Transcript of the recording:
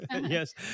Yes